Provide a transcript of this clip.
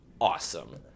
awesome